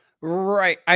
Right